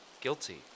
guilty